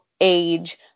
age